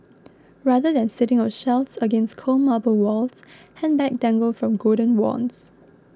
rather than sitting on shelves against cold marble walls handbags dangle from golden wands